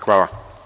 Hvala.